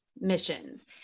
missions